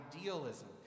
idealism